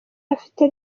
afite